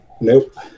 Nope